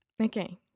Okay